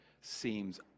seems